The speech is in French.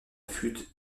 flûte